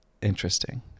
interesting